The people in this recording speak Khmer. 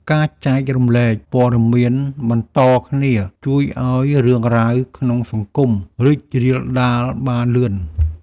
ការចែករំលែកព័ត៌មានបន្តគ្នា ជួយឱ្យរឿងរ៉ាវក្នុងសង្គមរីករាលដាលបានលឿន។